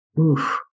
Oof